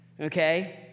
Okay